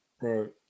right